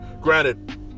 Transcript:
granted